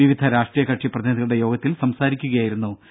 വിവിധ രാഷ്ട്രീയ കക്ഷി പ്രതിനിധികളുടെ യോഗത്തിൽ സംസാരിക്കുകയായിരുന്നു അദ്ദേഹം